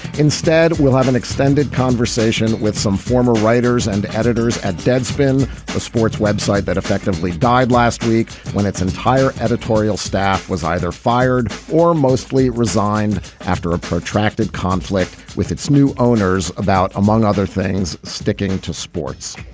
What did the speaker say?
instead we'll have an extended conversation with some former writers and editors at deadspin a sports web site that effectively died last week when its entire editorial staff was either fired or mostly resigned after a protracted conflict with its new owners about among other things sticking to sports.